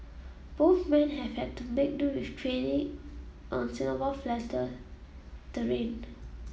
both men have had to make do with training on Singapore flatter terrain